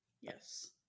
Yes